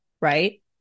right